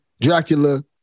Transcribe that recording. Dracula